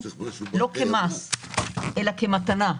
לא כמס אלא כמתנה.